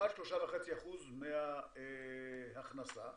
אחד זה 3.5% מההכנסה,